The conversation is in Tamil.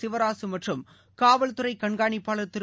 சிவராசு மற்றும் காவல்துறை கண்காணிப்பாளர் திரு